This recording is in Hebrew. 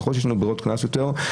ככל שיש לנו ברירות קנס יותר,